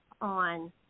on